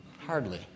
Hardly